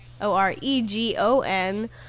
O-R-E-G-O-N